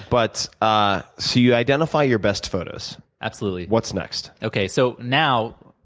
but ah so you identify your best photos. absolutely. what's next? okay, so now,